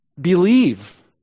believe